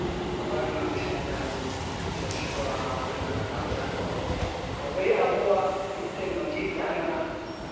ᱫᱚᱦᱚᱭ ᱢᱟ ᱫᱤᱥᱚᱢ ᱨᱮᱱ ᱥᱮ ᱥᱮᱨᱣᱟ ᱨᱮᱱᱟᱜ ᱠᱟᱞᱪᱟᱨ ᱠᱚ ᱛᱚᱵᱮ ᱟᱵᱚᱣᱟᱜ ᱢᱤᱫᱴᱮᱡ ᱱᱚᱡᱤᱨ ᱛᱟᱦᱮᱱᱟ